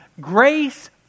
grace